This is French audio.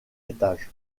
étages